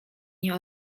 nie